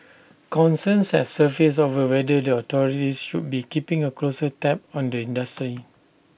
concerns have surfaced over whether the authorities should be keeping A closer tab on the industry